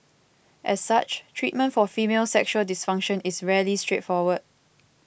as such treatment for female sexual dysfunction is rarely straightforward